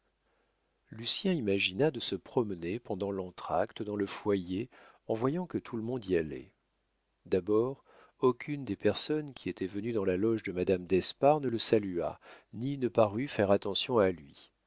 porte lucien imagina de se promener pendant l'entracte dans le foyer en voyant que tout le monde y allait d'abord aucune des personnes qui étaient venues dans la loge de madame d'espard ne le salua ni ne parut faire attention à lui